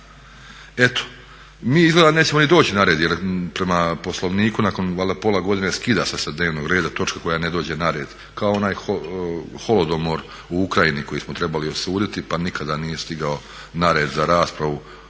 Eto, mi izgleda nećemo ni doći na red jer prema Poslovniku nakon valjda pola godine skida se sa dnevnog reda točka koja ne dođe na red, kao ona holodomor u Ukrajini koji smo trebali osuditi pa nikada nije stigao na red za raspravu,